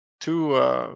two